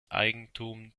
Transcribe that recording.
eigentum